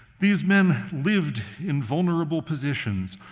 these men lived in vulnerable positions,